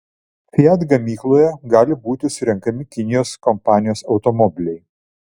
fiat gamykloje gali būti surenkami kinijos kompanijos automobiliai